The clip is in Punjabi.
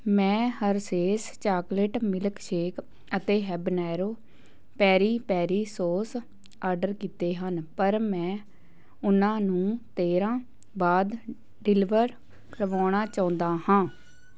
ਮੈਂ ਹਰਸ਼ੇਸ ਚਾਕਲੇਟ ਮਿਲਕਸ਼ੇਕ ਅਤੇ habanero peri peri sauce order ਕੀਤੇ ਹਨ ਪਰ ਮੈਂ ਉਹਨਾਂ ਨੂੰ ਤੇਰਾਂ ਬਾਅਦ ਡਿਲੀਵਰ ਕਰਵਾਉਣਾ ਚਾਹੁੰਦਾ ਹਾਂ